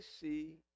see